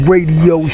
Radio